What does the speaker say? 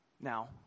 Now